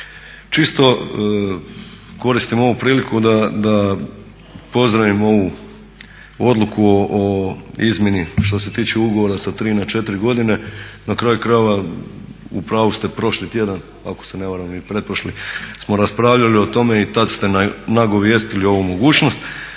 čisto koristim ovu priliku da pozdravim ovu odluku o izmjeni što se tiče ugovora sa 3 na 4 godine. Na kraju krajeva u pravu ste prošli tjedan ako se ne varam, ili pretprošli smo raspravljali o tome i tad ste nagovijestili ovu mogućnost.